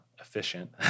Efficient